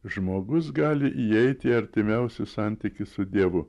žmogus gali įeit į artimiausią santykį su dievu